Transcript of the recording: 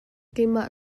keimah